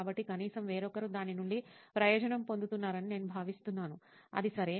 కాబట్టి కనీసం వేరొకరు దాని నుండి ప్రయోజనం పొందుతున్నారని నేను భావిస్తున్నాను అది సరే